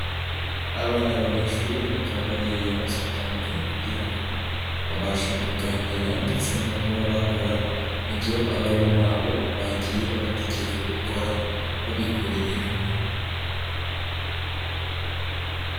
Abana b'abanyeshuri bakaba bagiye basutamye kugira ngo babashe kuganira ndetse no kuba bakora ibyo abarimu babo bagiye babategeka gukora, babikoreye hamwe.